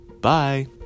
Bye